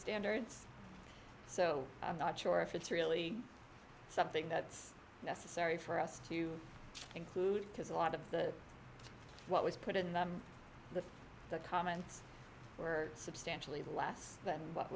standards so i'm not sure if it's really something that's necessary for us to include because a lot of the what was put in the comments were substantially less than what